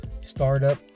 startup